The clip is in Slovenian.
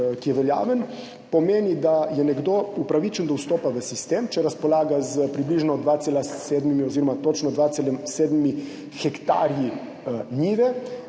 ki je veljaven, pomeni, da je nekdo upravičen do vstopa v sistem, če razpolaga z 2,7 hektarji njive